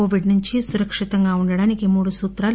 Covid నుంచి సురక్షితంగా ఉండటానికి మూడు సూత్రాలు